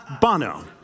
Bono